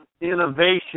Innovation